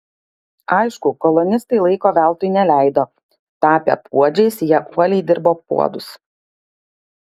aišku kolonistai laiko veltui neleido tapę puodžiais jie uoliai dirbo puodus